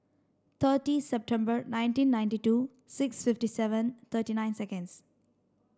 thirty September nineteen ninety two six fifty seven thirty nine seconds